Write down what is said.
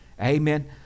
amen